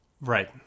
Right